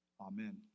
Amen